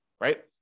right